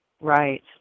Right